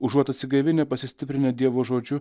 užuot atsigaivinę pasistiprinę dievo žodžiu